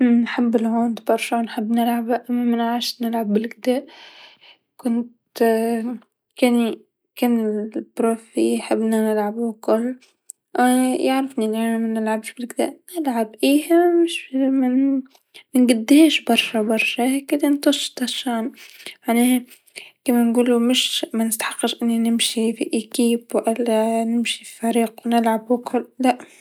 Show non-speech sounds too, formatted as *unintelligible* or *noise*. نحب الهوند برشا ونلعبو نلعبها أما منعرفش نلعبها بالكذا، كنت كان ي كان البروف يحبنا نلعبو كل أما يعرفي منحبش نلعب بالكذا، نلعب إيه *unintelligible* منقداش برشا برشا هكذا نطشطش عن، معناها كيما نقولو مش منستحقش أني نمشي في فريق و لا نلعبو الكل لاء.